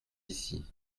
ici